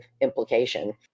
implication